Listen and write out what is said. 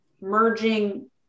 merging